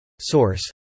Source